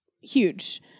huge